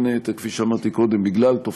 בין היתר,